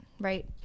right